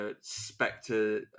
spectre